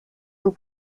were